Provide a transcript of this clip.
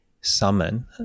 summon